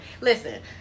Listen